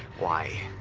why?